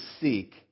seek